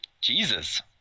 Jesus